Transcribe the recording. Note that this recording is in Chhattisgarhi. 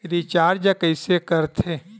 रिचार्ज कइसे कर थे?